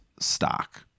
stock